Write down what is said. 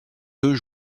deux